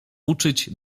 uczyć